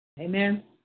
Amen